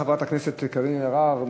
חברת הכנסת קארין אלהרר,